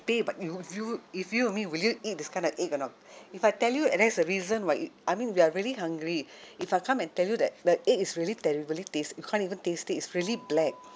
pay but you you if you I mean will you eat this kind of egg or not if I tell you and there's a reason [what] I mean we are really hungry if I come and tell you that the egg is really terribly taste you can't even taste it it's really black